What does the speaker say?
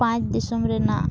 ᱯᱟᱸᱪ ᱫᱤᱥᱚᱢ ᱨᱮᱱᱟᱜ